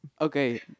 Okay